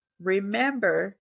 remember